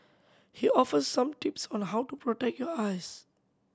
he offers some tips on the how to protect your eyes